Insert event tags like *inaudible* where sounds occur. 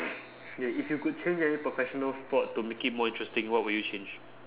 *noise* K if you could change any professional sport to make it more interesting what would you change